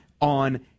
on